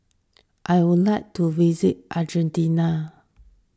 I would like to visit Argentina